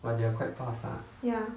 ya